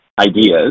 ideas